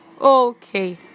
Okay